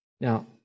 Now